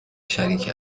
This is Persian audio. شریک